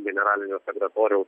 generalinio sekretoriaus